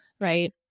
Right